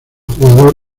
jugador